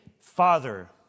Father